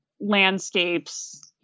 landscapes